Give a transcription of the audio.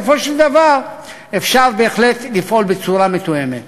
בסופו של דבר אפשר בהחלט לפעול בצורה מתואמת.